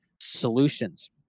solutions